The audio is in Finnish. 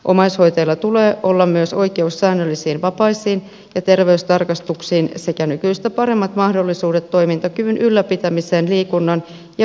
omaishoitajilla tulee olla myös oikeus säännöllisiin vapaisiin ja terveystarkastuksiin sekä nykyistä paremmat mahdollisuudet toimintakyvyn ylläpitämiseen liikunnan ja virkistystoiminnan avulla